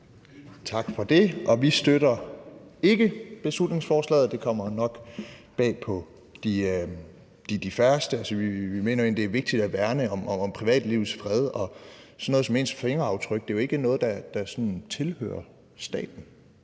Tak for det. Vi støtter ikke beslutningsforslaget. Det kommer nok bag på de færreste, for vi mener, at det er vigtigt at værne om privatlivets fred. Og sådan noget som ens fingeraftryk er jo ikke noget, der tilhører staten